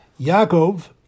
Yaakov